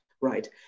right